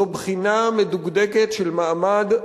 הוא בחינה מדוקדקת של מעמד,